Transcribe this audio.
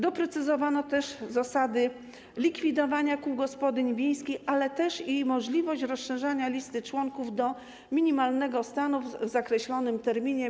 Doprecyzowano zasady likwidowania kół gospodyń wiejskich, ale też możliwość rozszerzania listy członków do minimalnego stanu w określonym terminie.